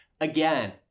again